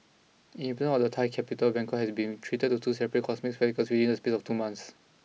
inhabitants of the Thai capital Bangkok have been treated to two separate cosmic spectacles within the space of two months